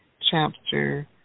chapter